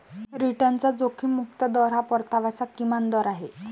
रिटर्नचा जोखीम मुक्त दर हा परताव्याचा किमान दर आहे